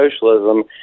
socialism